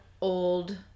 old